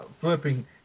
flipping